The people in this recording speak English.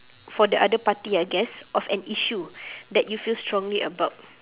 for the other party I guess of an issue that you feel strongly about